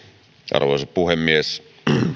arvoisa puhemies